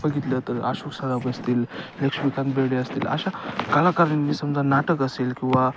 बघितलं तर अशोक सरफ असतील लक्ष्मीकांत बेर्डे असतील अशा कलाकारांनी समजा नाटक असेल किंवा